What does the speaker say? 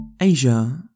Asia